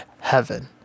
heaven